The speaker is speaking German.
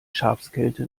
schafskälte